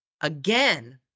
again